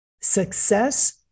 success